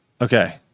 okay